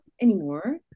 anymore